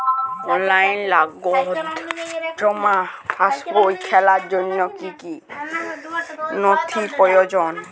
অনলাইনে নগদ জমা পাসবই খোলার জন্য কী কী নথি প্রয়োজন?